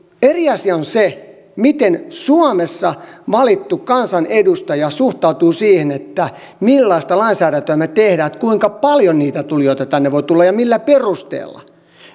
eri asia on se miten suomessa valittu kansanedustaja suhtautuu siihen millaista lainsäädäntöä me teemme siitä kuinka paljon niitä tulijoita tänne voi tulla ja millä perusteella